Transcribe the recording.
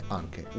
anche